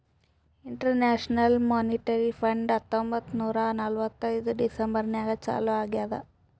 international Monetary Fund ಹತ್ತೊಂಬತ್ತ್ ನೂರಾ ನಲ್ವತ್ತೈದು ಡಿಸೆಂಬರ್ ನಾಗ್ ಚಾಲೂ ಆಗ್ಯಾದ್